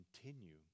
continue